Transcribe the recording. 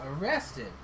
arrested